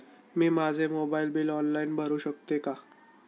मी माझे mobile bill online भरू शकते का?